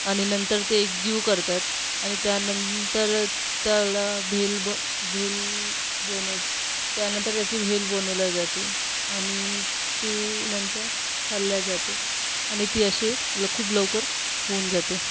आणि नंतर ते एकजीव करतात आणि त्यानंतर त्याला भेल ब भेल बनव त्यानंतर त्याची भेल बनवली जाते आणि ती नंतर खाल्ली जाते आणि ती अशी ल खूप लवकर होऊन जाते